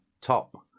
top